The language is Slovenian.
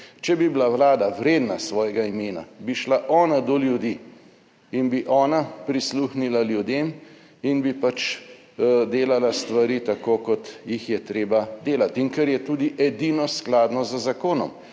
Če bi bila Vlada vredna svojega imena, bi šla ona do ljudi in bi ona prisluhnila ljudem in bi delala stvari tako kot jih je treba delati in kar je tudi edino skladno z zakonom,